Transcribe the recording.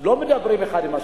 לא מדברים אחד עם השני,